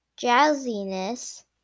drowsiness